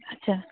ᱟᱪᱪᱷᱟ